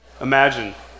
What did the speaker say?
Imagine